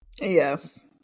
Yes